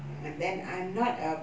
and then I'm not a